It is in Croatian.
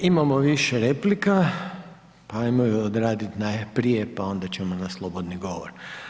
E imamo više replika pa ajmo ju odraditi najprije pa onda ćemo na slobodni govor.